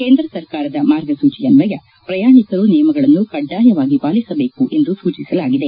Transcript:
ಕೇಂದ್ರ ಸರ್ಕಾರದ ಮಾರ್ಗಸೂಚಿಯನ್ನಯ ಪ್ರಯಾಣಿಕರು ನಿಯಮಗಳನ್ನು ಕಡ್ಡಾಯವಾಗಿ ಪಾಲಿಸಬೇಕು ಎಂದು ಸೂಚಿಸಲಾಗಿದೆ